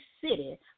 city